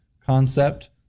concept